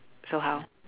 so how